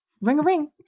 Ring-a-ring